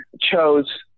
chose